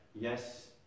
yes